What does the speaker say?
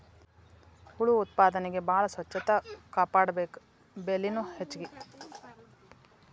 ಹುಳು ಉತ್ಪಾದನೆಗೆ ಬಾಳ ಸ್ವಚ್ಚತಾ ಕಾಪಾಡಬೇಕ, ಬೆಲಿನು ಹೆಚಗಿ